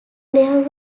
there